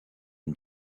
une